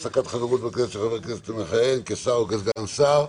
הפסקת חברות בכנסת של חבר הכנסת המכהן כשר או כסגן שר).